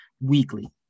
weekly